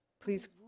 Please